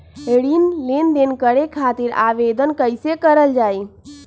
ऋण लेनदेन करे खातीर आवेदन कइसे करल जाई?